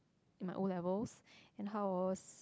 in my O-levels and how I was